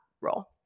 role